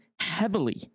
heavily